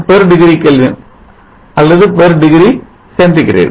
1 degree Kelvin அல்லது degree centigrade